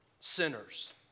sinners